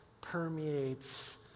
permeates